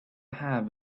have